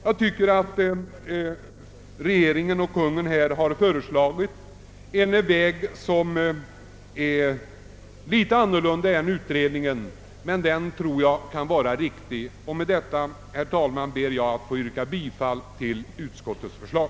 Jag tycker att Kungl. Maj:t har föreslagit en väg som i någon mån avviker från vad utredningen förordat, men jag tror att den är riktig, och med det anförda ber jag att få yrka bifall till utskottets föslag.